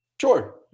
Sure